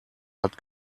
hat